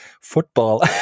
football